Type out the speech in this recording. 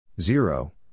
zero